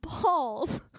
balls